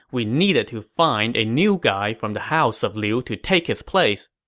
we needed to find a new guy from the house of liu to take his place.